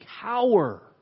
cower